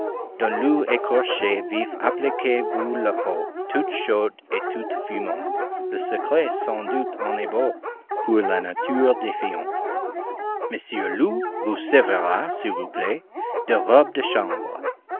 écorché vif appliquez-vous la peau toute chaude et toute fumante le secret sans doute en est beau pour la nature défaillante messire loup vous servira s'il vous plaît de robe de chambre